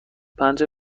پنج